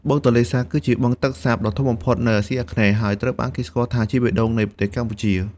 បឹងទន្លេសាប គឺជាបឹងទឹកសាបដ៏ធំបំផុតនៅអាស៊ីអាគ្នេយ៍ ហើយត្រូវបានគេស្គាល់ថាជាបេះដូងនៃប្រទេសកម្ពុជា។